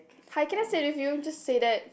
hi can I stay with you just say that